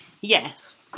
yes